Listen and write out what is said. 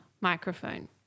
microphone